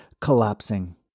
collapsing